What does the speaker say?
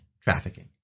trafficking